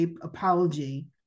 apology